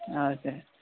हजुर